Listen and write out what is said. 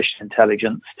intelligence